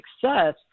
success